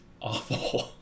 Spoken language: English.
awful